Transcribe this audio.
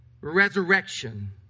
Resurrection